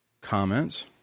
comments